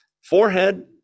forehead